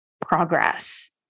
progress